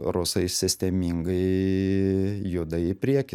rusai sistemingai juda į priekį